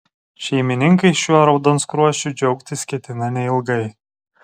šeimininkai šiuo raudonskruosčiu džiaugtis ketina neilgai